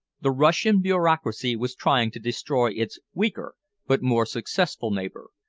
the russian bureaucracy was trying to destroy its weaker but more successful neighbor,